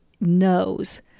knows